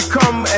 come